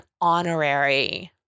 honorary